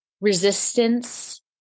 resistance